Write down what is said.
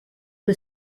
que